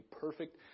perfect